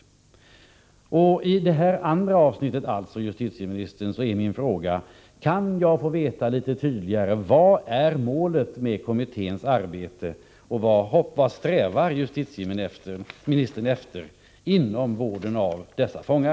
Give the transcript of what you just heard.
I detta andra avsnitt är min fråga till justitieministern: Kan jag litet tydligare få angivet vad som är målet med kommitténs arbete och vad justitieministern strävar efter när det gäller vården av dessa fångar?